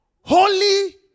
Holy